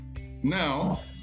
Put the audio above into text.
Now